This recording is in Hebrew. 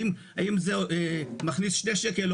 האם זה מכניס שני שקלים,